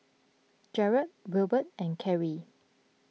Jarod Wilbert and Kerri